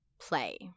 play